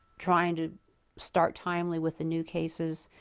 trying to start timely with the new cases.